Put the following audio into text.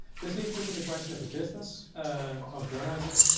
this leads me to the question of the business of journalism.